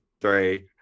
three